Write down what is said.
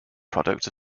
product